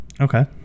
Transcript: Okay